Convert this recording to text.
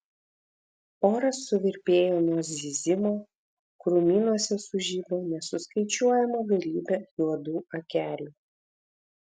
oras suvirpėjo nuo zyzimo krūmynuose sužibo nesuskaičiuojama galybė juodų akelių